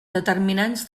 determinats